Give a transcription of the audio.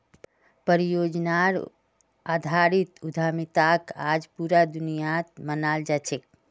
परियोजनार आधारित उद्यमिताक आज पूरा दुनियात मानाल जा छेक